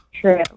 True